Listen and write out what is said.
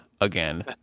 again